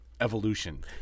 Evolution